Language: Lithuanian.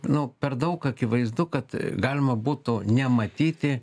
nu per daug akivaizdu kad galima būtų nematyti